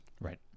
Right